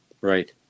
Right